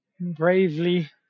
bravely